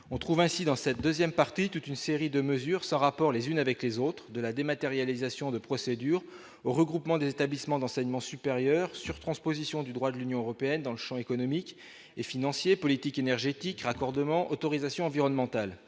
on trouve ainsi dans cette 2ème partie toute une série de mesures sans rapport les unes avec les autres de la dématérialisation des procédures au regroupement d'établissements d'enseignement supérieur sur transposition du droit de l'Union européenne dans le Champ économique et financier, politique énergétique raccordement autorisations environnementales,